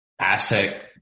asset